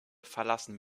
verlassen